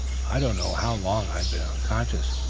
i don't know how long i had been unconscious,